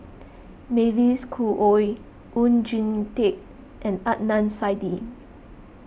Mavis Khoo Oei Oon Jin Teik and Adnan Saidi